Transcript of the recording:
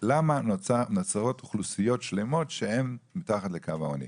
למה נוצרות אוכלוסיות שלמות שהן מתחת לקו העוני.